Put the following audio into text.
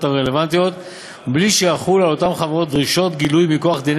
הרלוונטיות ומבלי שיחולו על אותן חברות דרישות גילוי מכוח דיני